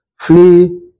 flee